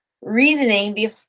reasoning